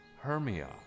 Hermia